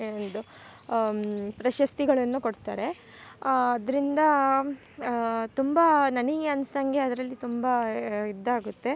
ಎಲ್ಡೊ ಪ್ರಶಸ್ತಿಗಳನ್ನು ಕೊಡ್ತಾರೆ ಅದರಿಂದ ತುಂಬ ನನಗೆ ಅನ್ಸ್ದಂಗೆ ಅದರಲ್ಲಿ ತುಂಬ ಇದ್ದಾಗುತ್ತೆ